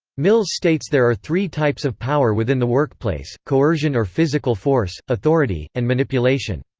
mills states there are three types of power within the workplace coercion or physical force authority and manipulation.